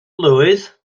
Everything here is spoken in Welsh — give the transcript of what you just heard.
blwydd